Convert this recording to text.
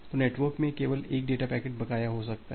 तो नेटवर्क में केवल एक डेटा पैकेट बकाया हो सकता है